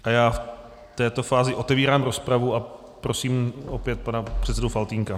A já v této fázi otevírám rozpravu a prosím opět pana předsedu Faltýnka.